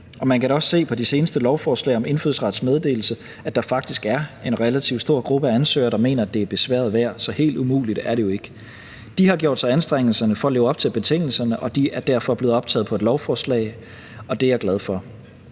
Og man kan da også se på de seneste lovforslag om indfødsrets meddelelse, at der faktisk er en relativt stor gruppe af ansøgere, der mener, at det er besværet værd, så helt umuligt er det jo ikke. De har gjort sig anstrengelser for at leve op til betingelserne, og de er derfor blevet optaget på et lovforslag, og det er jeg glad for.